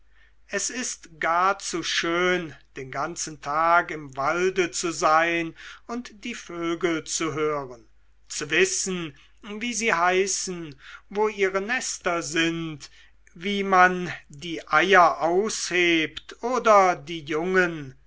es ist gar zu schön den ganzen tag im walde zu sein und die vögel zu hören zu wissen wie sie heißen wo ihre nester sind wie man die eier aushebt oder die jungen